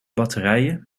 batterijen